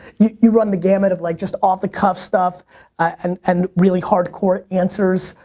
you run the gambit of like just off the cuff stuff and and really hard-core answers,